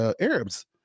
Arabs